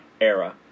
era